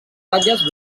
ratlles